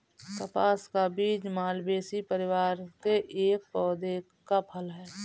कपास का बीज मालवेसी परिवार के एक पौधे का फल है